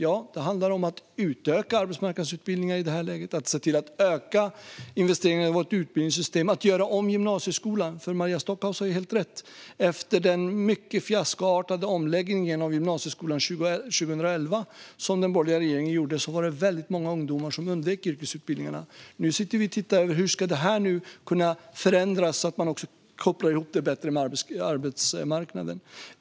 Då handlar det i detta läge om att utöka arbetsmarknadsutbildningarna, att se till att öka investeringarna i vårt utbildningssystem och att göra om gymnasieskolan. Maria Stockhaus har helt rätt. Efter den mycket fiaskoartade omläggningen av gymnasieskolan 2011, som den borgerliga regeringen gjorde, var det väldigt många ungdomar som undvek yrkesutbildningarna. Nu tittar vi på hur detta ska kunna förändras, så att man kopplar ihop utbildningarna bättre med arbetsmarknaden.